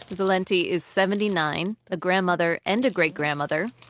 valente is seventy nine, a grandmother and a great grandmother.